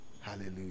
hallelujah